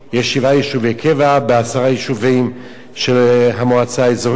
יש שבעה יישובי קבע בעשרה יישובים של המועצה האזורית.